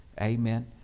Amen